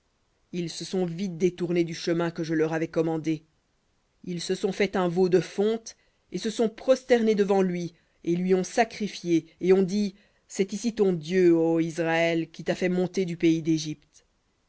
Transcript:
ils se sont vite détournés du chemin que je leur avais commandé ils se sont fait un veau de fonte et se sont prosternés devant lui et lui ont sacrifié et ont dit c'est ici ton dieu ô israël qui t'a fait monter du pays d'égypte